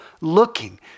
looking